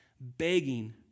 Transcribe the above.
begging